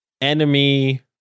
enemy